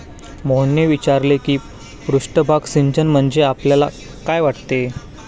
मोहनने विचारले की पृष्ठभाग सिंचन म्हणजे आपल्याला काय वाटते?